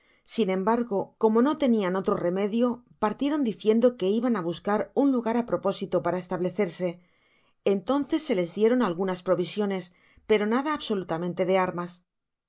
sin embargo como no te nian otro remedio partieron diciendo que iban á buscar un lugar á propósito para establecerse entonces se les dieron algunas provisiones pero nada absolutamente de armas